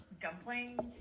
dumplings